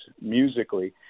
musically